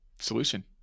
solution